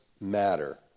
matter